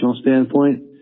standpoint